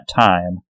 time